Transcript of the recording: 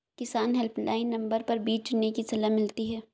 किसान helpline number पर बीज चुनने की सलाह मिलती है